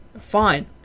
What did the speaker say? fine